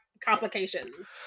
complications